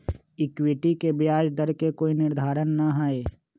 equity के ब्याज दर के कोई निर्धारण ना हई